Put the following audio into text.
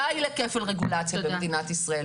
די לכפל רגולציה במדינת ישראל.